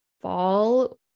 fall